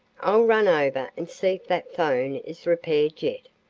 i'll run over and see if that phone is repaired yet.